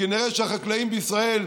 כנראה שהחקלאים בישראל,